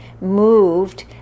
moved